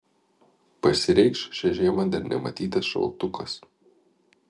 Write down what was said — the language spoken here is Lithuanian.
pasireikš šią žiemą dar nematytas šaltukas